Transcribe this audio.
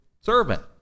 servant